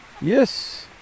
Yes